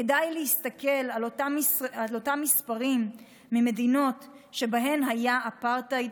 כדאי להסתכל על אותם מספרים ממדינות שבהן היה אפרטהייד